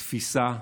תפיסה,